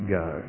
go